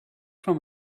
from